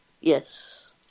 Yes